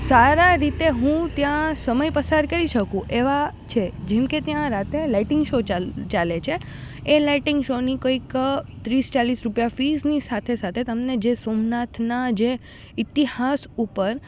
સારા રીતે હું ત્યાં સમય પસાર કરી શકું એવા છે જેમકે ત્યાં રાત્રે લાઇટિંગ શો ચાલે છે એ લાઇટિંગ શોની કોઈક ત્રીસ ચાલીસ રૂપિયા ફીસની સાથે સાથે તમને જે સોમનાથના જે ઇતિહાસ ઉપર